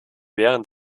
während